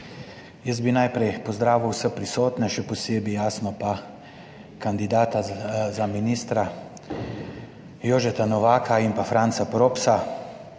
Jaz bi najprej pozdravil vse prisotne, še posebej jasno pa kandidata za ministra Jožeta Novaka in pa Franca Propsa.